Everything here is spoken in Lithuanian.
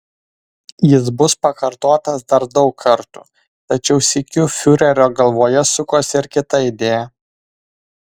jis bus pakartotas dar daug kartų tačiau sykiu fiurerio galvoje sukosi ir kita idėja